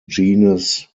genus